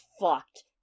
fucked